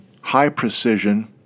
high-precision